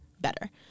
better